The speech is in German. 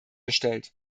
gestellt